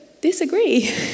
disagree